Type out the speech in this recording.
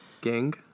Gang